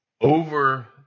Over